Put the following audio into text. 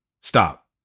stop